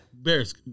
Bears